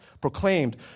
proclaimed